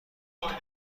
نباشید